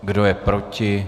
Kdo je proti?